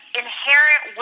inherent